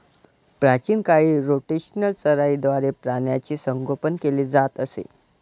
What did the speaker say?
प्राचीन काळी रोटेशनल चराईद्वारे प्राण्यांचे संगोपन केले जात असे